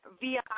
via